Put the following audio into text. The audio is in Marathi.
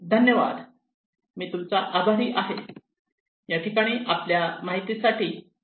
धन्यवाद मी तूमचा आभारी आहे